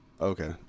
Okay